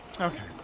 Okay